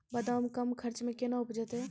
बादाम कम खर्च मे कैना उपजते?